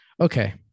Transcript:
Okay